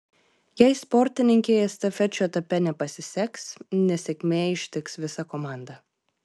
jei sportininkei estafečių etape nepasiseks nesėkmė ištiks visą komandą